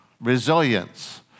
resilience